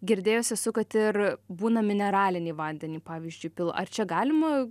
girdėjus su kad ir būna mineralinį vandenį pavyzdžiui pila ar čia galima